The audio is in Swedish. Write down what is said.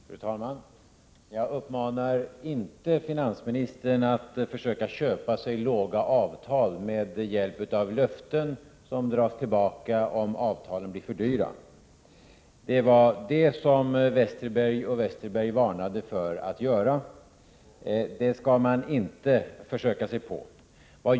Fru talman! Jag uppmanar inte finansministern att försöka köpa sig låga avtal med hjälp av löften, som dras tillbaka om avtalen blir för dyra. Detta varnade Bengt Westerberg för. Det skall man inte försöka sig på.